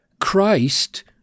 Christ